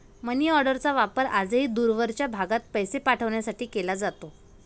मनीऑर्डरचा वापर आजही दूरवरच्या भागात पैसे पाठवण्यासाठी केला जातो